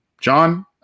john